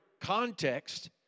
context